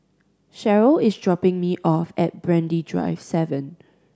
Cherryl is dropping me off at Brani Drive Seven